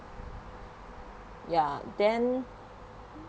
ya then